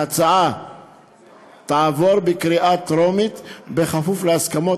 ההצעה תעבור בקריאה טרומית בכפוף להסכמות